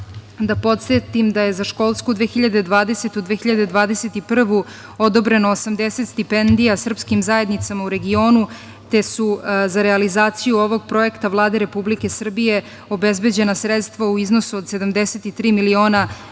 da podsetim da je za školsku 2020/2021 godinu odobreno 80 stipendija srpskim zajednicama u regionu, te su za realizaciju ovog projekta Vlade Republike Srbije obezbeđena sredstva u iznosu od 73. 900.000 dinara,